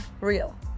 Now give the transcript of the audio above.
real